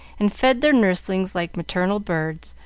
and fed their nurslings like maternal birds,